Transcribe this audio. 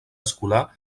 escolar